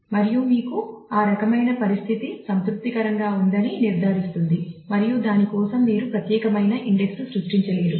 మరియు మీకు ఆ రకమైన పరిస్థితి సంతృప్తికరంగా ఉందని నిర్ధారిస్తుంది మరియు దాని కోసం మీరు ప్రత్యేకమైన ఇండెక్స్ ను సృష్టించలేరు